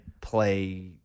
play